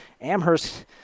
Amherst